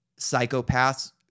Psychopaths